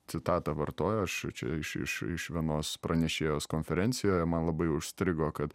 citatą vartoja aš čia iš iš iš vienos pranešėjos konferencijoje man labai užstrigo kad